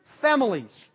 families